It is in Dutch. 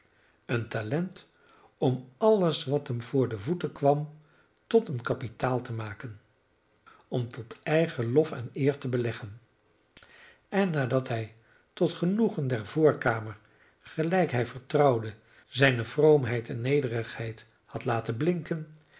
brengen een talent om alles wat hem voor de voeten kwam tot een kapitaal te maken om tot eigen lof en eer te beleggen en nadat hij tot genoegen der voorkamer gelijk hij vertrouwde zijne vroomheid en nederigheid had laten blinken